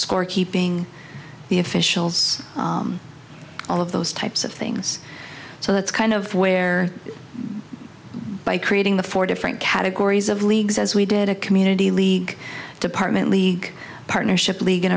scorekeeping the officials all of those types of things so that's kind of where by creating the four different categories of leagues as we did a community league department league partnership league